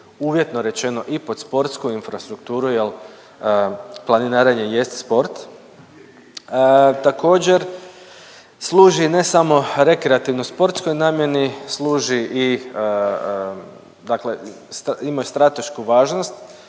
uvjetno rečeno i pod sportsku infrastrukturu jer planinarenje jest sport. Također služi ne samo rekreativno sportskoj namjeni, služi i dakle ima stratešku važnost